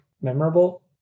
memorable